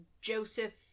Joseph